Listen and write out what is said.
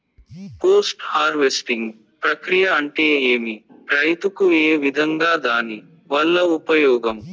Post harvesting ప్రక్రియ అంటే ఏమి? రైతుకు ఏ విధంగా దాని వల్ల ఉపయోగం?